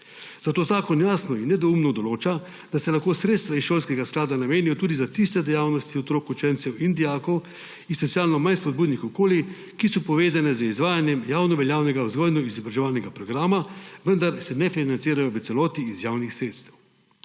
Zato zakon jasno in nedvoumno določa, da se lahko sredstva iz šolskega sklada namenijo tudi za tiste dejavnosti otrok, učencev in dijakov iz socialno manj spodbudnih okolij, ki so povezane z izvajanjem javnoveljavnega vzgojno-izobraževalnega programa, vendar se ne financirajo v celoti iz javnih sredstev.